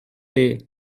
day